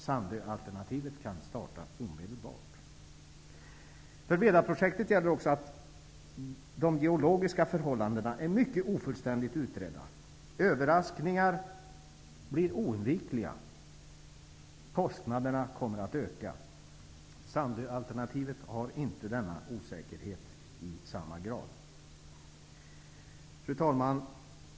Sandöalternativet kan startas omedelbart. För Vedaprojektet gäller också att de geologiska förhållandena är mycket ofullständigt utredda. Överraskningar blir oundvikliga. Kostnaderna kommer att öka. Sandöalternativet är inte i lika hög grad osäkert. Fru talman!